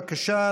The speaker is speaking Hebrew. בבקשה,